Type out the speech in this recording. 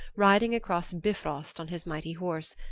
riding across bifrost on his mighty horse,